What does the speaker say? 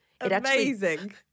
amazing